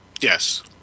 Yes